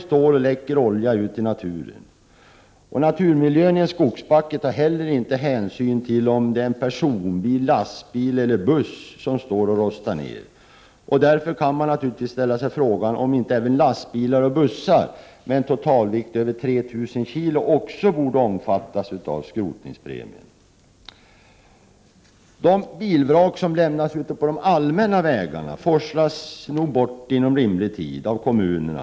28 november 1988 Naturmiljön i en skogsbacke tar heller ingen hänsyn till om det är en personbil, lastbil eller buss som står och rostar ned. Man kan därför ställa sig frågan om inte även lastbilar och bussar med en totalvikt över 3 000 kg också borde omfattas av skrotningspremien. De bilvrak som lämnas ute vid de allmänna vägarna forslas nog bort inom rimlig tid av kommunerna.